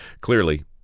Clearly